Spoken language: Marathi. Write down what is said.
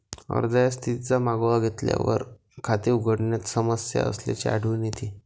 अर्जाच्या स्थितीचा मागोवा घेतल्यावर, खाते उघडण्यात समस्या असल्याचे आढळून येते